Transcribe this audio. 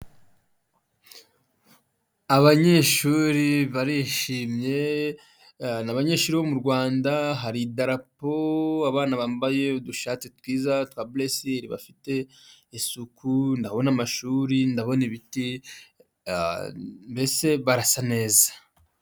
Abanyeshuri barishimye, ni abanyeshuri bo mu Rwanda hari idarapo, abana bambaye udushati twiza twa buresiyeri bafite isuku, ndabona amashuri, ndabona ibiti mbese barasa neza.